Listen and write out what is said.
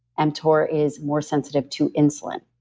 mtor is more sensitive to insulin.